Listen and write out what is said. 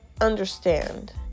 understand